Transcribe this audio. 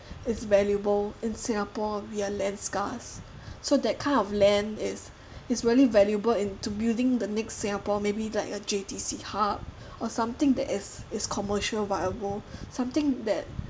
is valuable in singapore we are land scarce so that kind of land is is really valuable into building the next singapore maybe like a J_T_C hub or something that is is commercial viable something that